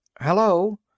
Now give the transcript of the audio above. Hello